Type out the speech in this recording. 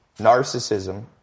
narcissism